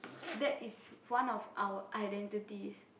that is one of our identities